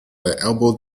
elbowed